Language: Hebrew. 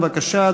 בבקשה,